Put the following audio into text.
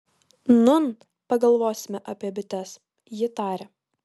nūn pagalvosime apie bites ji tarė